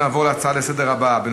נעבור להצעה לסדר-היום מס' 7926,